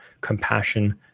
compassion